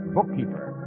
Bookkeeper